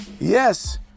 yes